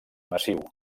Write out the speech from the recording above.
massiu